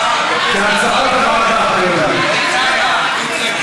כהצעת הוועדה, אני אומר.